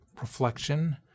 reflection